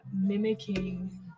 mimicking